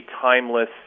timeless